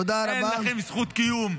אין לכם זכות קיום.